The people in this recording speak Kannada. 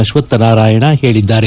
ಅಶ್ವಕ್ಕನಾರಾಯಣ್ ಹೇಳಿದ್ದಾರೆ